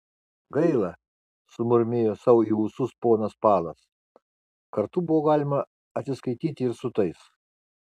gaila sumurmėjo sau į ūsus ponas palas kartu buvo galima atsiskaityti ir su tais